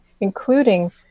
including